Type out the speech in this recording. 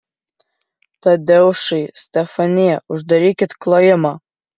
tadeušai stefanija uždarykit klojimą